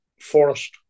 Forest